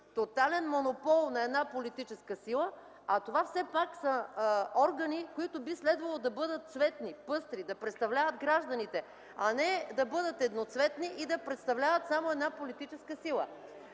Тотален монопол на една политическа сила, а това все пак са органи, които би следвало да бъдат цветни, пъстри, да представляват гражданите, а не да бъдат едноцветни и да представляват само една политическа сила.